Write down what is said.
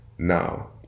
Now